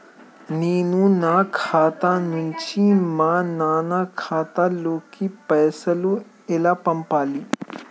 నేను నా ఖాతా నుంచి మా నాన్న ఖాతా లోకి పైసలు ఎలా పంపాలి?